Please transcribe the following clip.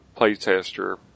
playtester